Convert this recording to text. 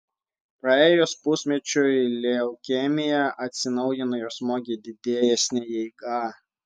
praėjus pusmečiui leukemija atsinaujino ir smogė didesne jėga